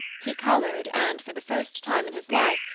he colored and, for the first time in his life,